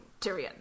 Tyrion